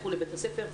לכו לבית הספר,